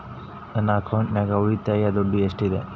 ನನ್ನ ಅಕೌಂಟಿನಾಗ ಉಳಿತಾಯದ ದುಡ್ಡು ಎಷ್ಟಿದೆ?